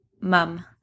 Mom